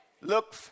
Look